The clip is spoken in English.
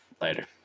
Later